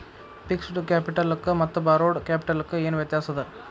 Fixed ಕ್ಯಾಪಿಟಲಕ್ಕ ಮತ್ತ borrowed ಕ್ಯಾಪಿಟಲಕ್ಕ ಏನ್ ವ್ಯತ್ಯಾಸದ?